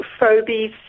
phobies